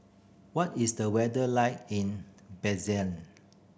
what is the weather like in